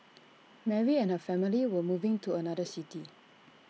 Mary and her family were moving to another city